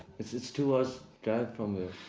it's it's two hours drive from